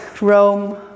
Rome